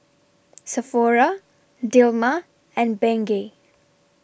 Sephora Dilmah and Bengay